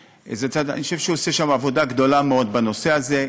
אני חושב שהוא עושה שם עבודה גדולה מאוד בנושא הזה.